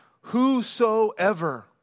whosoever